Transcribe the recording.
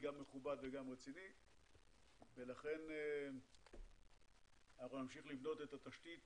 מכובד ורציני ולכן נמשיך לבנות את התשתית